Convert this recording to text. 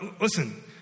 listen